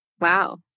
Wow